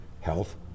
health